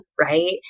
Right